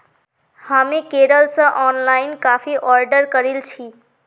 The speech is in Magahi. हामी केरल स ऑनलाइन काफी ऑर्डर करील छि